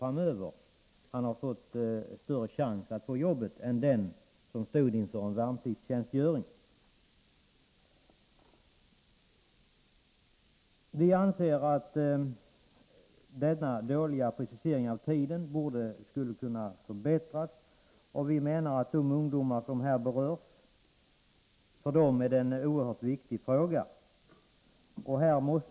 En sådan sökande har haft större chans att få ett arbete än den som stått inför sin värnpliktstjänstgöring. Vi anser att tidpunkten för inryckning skulle kunna preciseras bättre än som nu sker. Vi menar att frågan är oerhört viktig för de ungdomar som berörs.